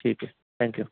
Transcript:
ठीक आहे थँक्यू